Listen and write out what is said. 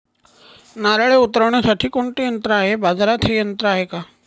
नारळे उतरविण्यासाठी कोणते यंत्र आहे? बाजारात हे यंत्र आहे का?